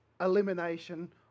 Elimination